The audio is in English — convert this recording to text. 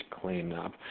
cleanup